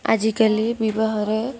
ଆଜିକାଲି ବିବାହରେ